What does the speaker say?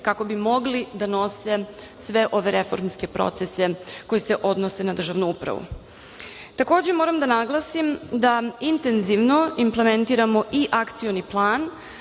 kako bi mogli da nose sve ove reformske procese koji se odnose na državnu upravu. Takođe, moram da naglasim da intenzivno implementiramo i akcioni plan